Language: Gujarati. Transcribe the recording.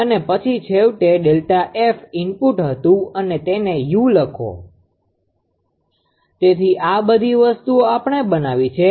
અને પછી છેવટે Δf ઇનપુટ હતું અને તેને u લખો તેથી આ બધી વસ્તુઓ આપણે બનાવી છે